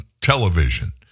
television